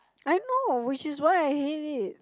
I know which is why I hate it